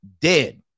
dead